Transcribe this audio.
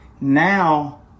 Now